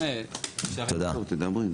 תודה.